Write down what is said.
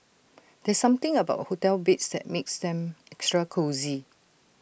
there's something about hotel beds that makes them extra cosy